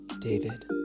David